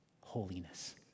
holiness